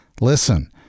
Listen